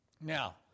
Now